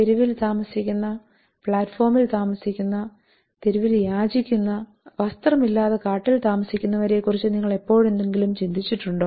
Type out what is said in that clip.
തെരുവിൽ താമസിക്കുന്ന പ്ലാറ്റ്ഫോമിൽ താമസിക്കുന്ന തെരുവിൽ യാചിക്കുന്ന വസ്ത്രമില്ലാതെ കാട്ടിൽ താമസിക്കുന്നവരെക്കുറിച്ച് നിങ്ങൾ എപ്പോഴെങ്കിലും ചിന്തിച്ചിട്ടുണ്ടോ